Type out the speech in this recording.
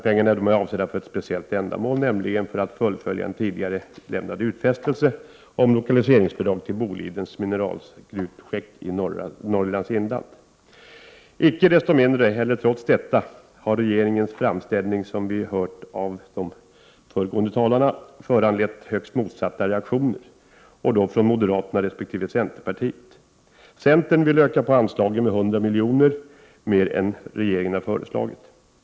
Pengarna är avsedda för ett speciellt ändamål, nämligen 121 för att fullfölja en tidigare lämnad utfästelse om lokaliseringsbidrag till Boliden Minerals gruvprojekt i Norrlands inland. Icke desto mindre, eller trots detta, har regeringens framställning, som vi hört av de båda föregående talarna, föranlett högst motsatta reaktioner från moderaterna resp. centerpartiet. Centern vill öka på anslaget med 100 milj.kr. mer än regeringen har föreslagit.